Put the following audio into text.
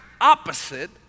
opposite